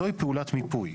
זוהי פעולת מיפוי.